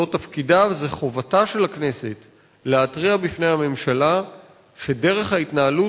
זה תפקידה וחובתה של הכנסת להתריע בפני הממשלה שדרך ההתנהלות